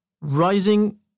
Rising